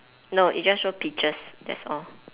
no it just show pictures that's all